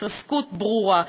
התרסקות ברורה,